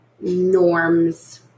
norms